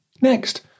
Next